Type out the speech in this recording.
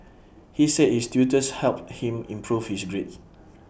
he said his tutors helped him improve his grades